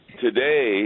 today